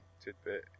tidbit